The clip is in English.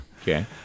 Okay